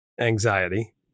anxiety